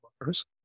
workers